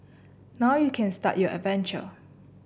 now you can start your adventure